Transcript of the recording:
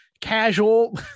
casual